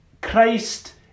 Christ